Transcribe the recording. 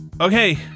Okay